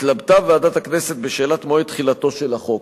התלבטה ועדת הכנסת בשאלת מועד תחילתו של החוק.